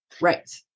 Right